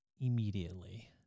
immediately